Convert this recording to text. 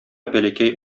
бәләкәй